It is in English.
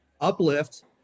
uplift